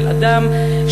של אדם,